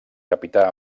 capità